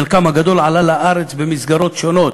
חלקם הגדול עלה לארץ במסגרות שונות,